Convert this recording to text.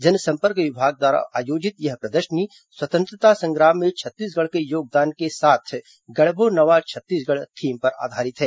जनसंपर्क विभाग द्वारा आयोजित यह प्रदर्शनी स्वतंत्रता संग्राम में छत्तीसगढ़ के योगदान के साथ गढ़बो नवा छत्तीसगढ़ थीम पर आधारित है